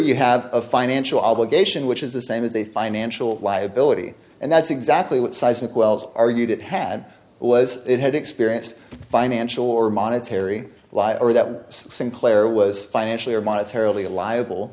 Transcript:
you have a financial obligation which is the same as a financial liability and that's exactly what seismic wells argued it had was it had experienced financial or monetary lie or that sinclair was financially or monetary ali